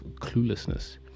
cluelessness